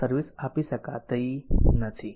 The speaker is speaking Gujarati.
આ સર્વિસ આપી શકાતી નથી